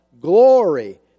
glory